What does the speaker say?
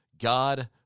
God